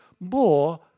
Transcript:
more